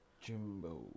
Jimbo